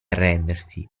arrendersi